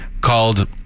called